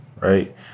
Right